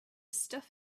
stuff